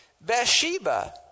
Bathsheba